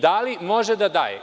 Da li može da daje?